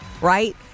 Right